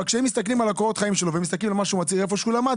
אבל כשהם מסתכלים על קורות החיים שלו ועל מה שמצהיר היכן שלמד,